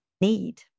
need